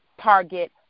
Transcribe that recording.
target